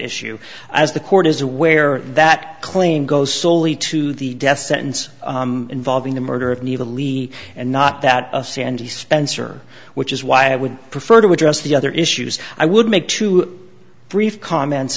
issue as the court is aware that claim goes soley to the death sentence involving the murder of an eva levy and not that of sandy spencer which is why i would prefer to address the other issues i would make two brief comments